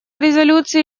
резолюции